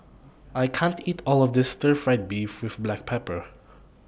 I can't eat All of This Stir Fried Beef with Black Pepper